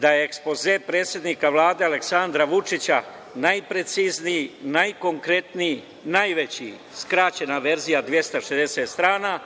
da je ekspoze predsednika Vlade Aleksandra Vučića najprecizniji, najkonkretniji, najveći, skraćena verzija 260 strana,